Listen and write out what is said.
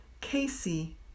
Casey